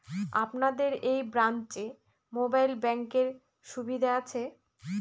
আপনাদের এই ব্রাঞ্চে মোবাইল ব্যাংকের সুবিধে আছে?